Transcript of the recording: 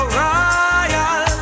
royal